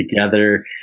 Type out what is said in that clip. together